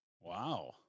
Wow